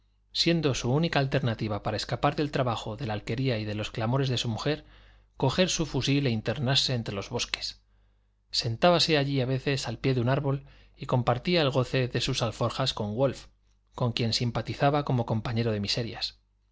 siendo su única alternativa para escapar del trabajo de la alquería y de los clamores de su mujer coger su fusil e internarse entre los bosques sentábase allí a veces al pie de un árbol y compartía el goce de sus alforjas con wolf con quien simpatizaba como compañero de miserias